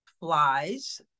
flies